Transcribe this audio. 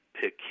pick